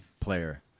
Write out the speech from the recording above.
player